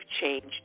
changed